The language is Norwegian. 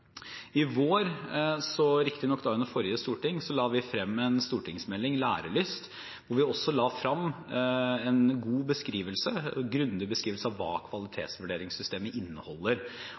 I vår – riktignok under forrige storting – la vi frem en stortingsmelding, Lærelyst, hvor vi også la frem en god og grundig beskrivelse av hva kvalitetsvurderingssystemet inneholder.